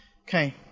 Okay